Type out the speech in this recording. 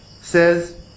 says